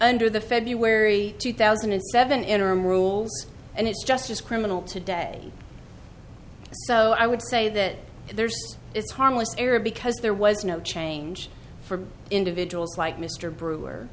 under the february two thousand and seven interim rules and it's just as criminal today so i would say that there's it's harmless error because there was no change for individuals like mr brewer